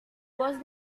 voz